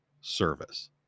service